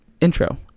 intro